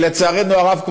ולצערנו הרב,